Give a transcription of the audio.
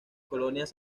colonias